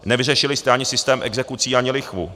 Nevyřešili jste ani systém exekucí, ani lichvu.